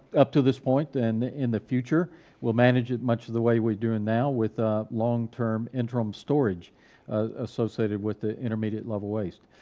up to this point, and in the future we'll manage it much of the way we're doing now with a longterm interim storage associated with the intermediate level waste.